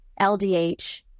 LDH